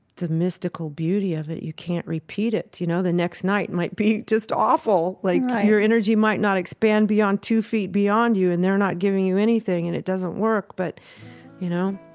the mystical beauty of it. you can't repeat it. you know, the next night might be just awful, like, your energy might not expand beyond two feet beyond you and they are not giving you anything and it doesn't work, but you know,